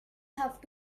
have